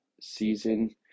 season